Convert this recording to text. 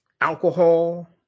alcohol